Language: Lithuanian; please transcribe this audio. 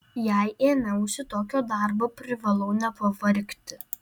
jei ėmiausi tokio darbo privalau nepavargti